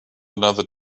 another